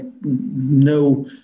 no